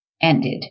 ended